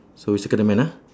so circle the man ah